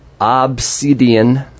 Obsidian